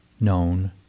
known